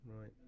Right